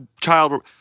child